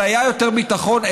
אבל היה יותר ביטחון.